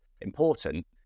important